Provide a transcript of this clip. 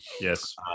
Yes